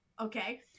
Okay